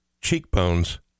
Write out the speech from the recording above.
cheekbones